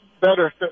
better